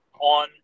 on